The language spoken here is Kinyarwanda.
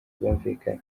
bwumvikane